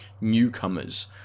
newcomers